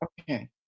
Okay